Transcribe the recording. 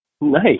Nice